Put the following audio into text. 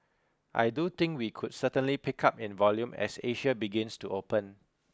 I do think we could certainly pick up in volume as Asia begins to open